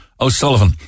O'Sullivan